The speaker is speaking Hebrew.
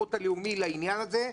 השירות הלאומי לעניין הזה.